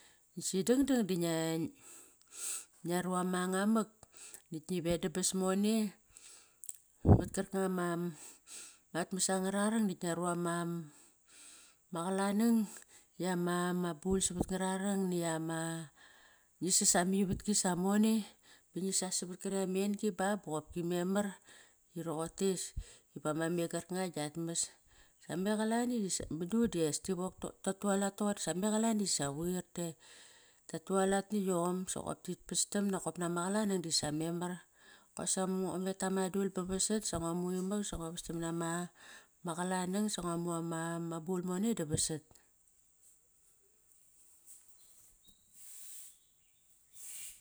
Si dangdang da ngia ru ama anga mak nakt ngi vedonas mone, vat karkanga mat mas anga rar rang nakt ngia ru ama qalanang, nia ma bul savat nga rar rang nakt ama, ngi sas ama ivatki samone. Ngi sas savat karekt ama en-gi ba boqopki memar iroqotei ve me meng kar nga giat mas. Me qalani mudu dias ta tualat toqori, sa me qalani sa qoir ta tualat na yom. Sa qoir tit pastam nakop nama qalanang disa memar ngua met dama dul ba vasat sa ngua vastam nama qalanang, sa ngua mu ama bul mone da vasat.